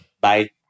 Bye